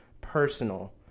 personal